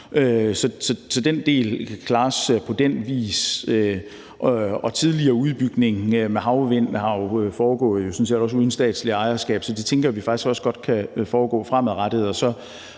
Så den del kan klares på den vis. Tidligere udbygninger af havvind er jo sådan set også foregået uden statsligt ejerskab, så det tænker vi faktisk også godt kan foregå fremadrettet.